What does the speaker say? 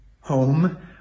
home